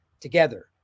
together